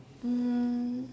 um